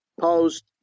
Post